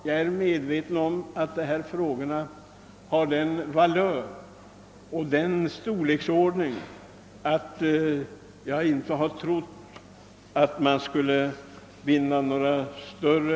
Jag är medveten om att dessa frågor har sådan valör och storleksordning att jag inte nu kan vänta mig några segrar.